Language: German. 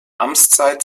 amtszeit